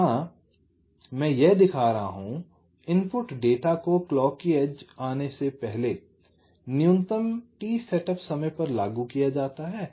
यहाँ मैं यह दिखा रहा हूँ इनपुट डेटा को क्लॉक की एज से पहले न्यूनतम t सेटअप समय पर लागू किया जाता है